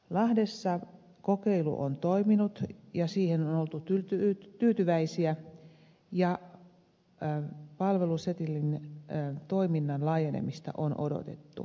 lahdessa kokeilu on toiminut ja siihen on oltu tyytyväisiä ja palvelusetelin toiminnan laajenemista on odotettu